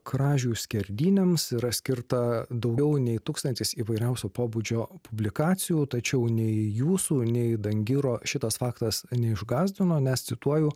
kražių skerdynėms yra skirta daugiau nei tūkstantis įvairiausio pobūdžio publikacijų tačiau nei jūsų nei dangiro šitas faktas neišgąsdino nes cituoju